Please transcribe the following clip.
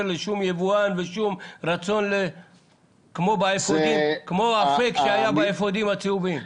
לשום יבואן כמו בפייק שהיה באפודים הצהובים?